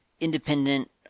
independent